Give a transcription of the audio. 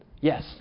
Yes